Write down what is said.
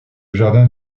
jardin